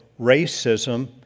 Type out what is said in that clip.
racism